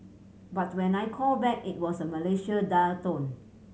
but when I called back it was a Malaysia dial tone